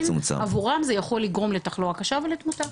עבורם זה יכול לגרום לתחלואה קשה ולתמותה.